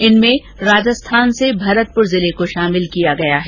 इनमें राजस्थान से भरतपुर जिले को शामिल किया गया है